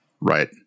Right